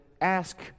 ask